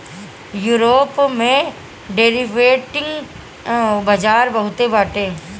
Europe में derivative बाजार बहुते बाटे